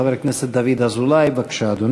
חבר הכנסת דוד אזולאי, בבקשה, אדוני.